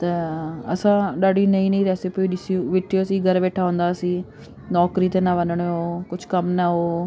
त असां ॾाढी नईं नईं रेसिपियूं ॾिसियूं वठियूसीं घरु वेठा हूंदासीं नौकिरी ते न वञणु हो कुझु कमु न हो